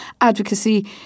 advocacy